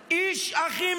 אני מזפזפ לי